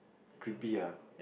creepy ah